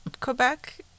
Quebec